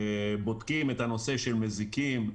בודקים את הנושא של מזיקים,